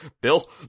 Bill